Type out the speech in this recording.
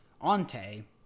Ante